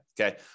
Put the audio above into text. okay